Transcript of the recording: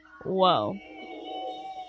Whoa